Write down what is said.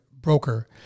broker